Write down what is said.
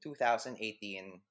2018